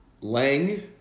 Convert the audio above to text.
Lang